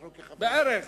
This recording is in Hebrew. בערך,